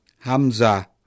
Hamza